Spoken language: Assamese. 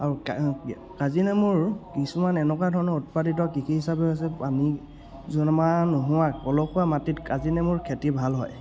আৰু কাজিনেমুৰ কিছুমান এনেকুৱা ধৰণৰ উৎপাদিত কৃষি হিচাপে হৈছে পানী জমা নোহোৱা পলসুৱা মাটিত কাজিনেমুৰ খেতি ভাল হয়